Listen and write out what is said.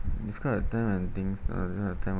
this kind of time and things I don't have time [one]